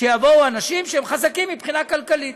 שיבואו אנשים שהם חזקים מבחינה כלכלית.